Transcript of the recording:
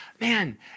man